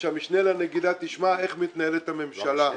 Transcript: שהמשנה לנגידה תשמע איך מתנהלת הממשלה.